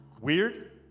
weird